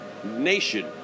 nation